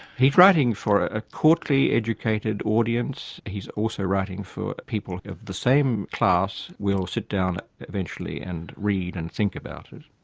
he's writing for a courtly-educated audience, he's also writing for people of the same class, will sit down eventually and read and think about it.